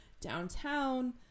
downtown